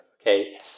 okay